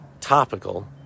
topical